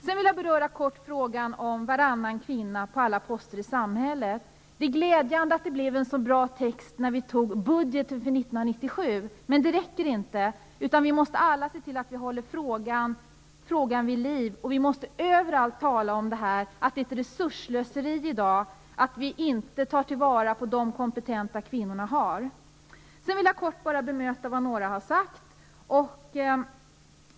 Jag vill också kort beröra frågan om en kvinna på varannan post i samhället. Det var glädjande att vi antog en så bra text i budgeten för 1997, men det räcker inte med detta. Vi måste alla hålla frågan vid liv och överallt tala om vilket resursslöseri det är att i dag inte ta vara på de kompetenta kvinnor som finns. Jag vill vidare kort bemöta vad några tidigare har sagt.